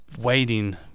Waiting